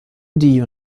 die